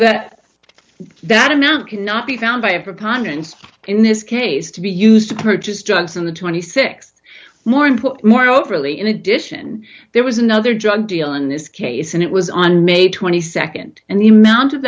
that that amount cannot be found by a preponderance in this case to be used to purchase drugs on the twenty six more input more overly in addition there was another drug deal in this case and it was on may nd and the amount of